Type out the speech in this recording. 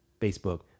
Facebook